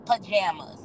Pajamas